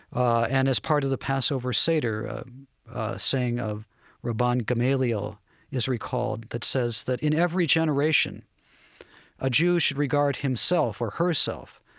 ah and as part of the passover seder, a saying of rabban gamaliel is recalled that says that in every generation a jew should regard himself, or herself,